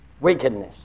wickedness